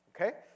Okay